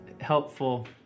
helpful